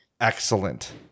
excellent